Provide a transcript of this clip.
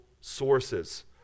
sources